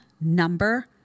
number